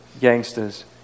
gangsters